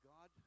God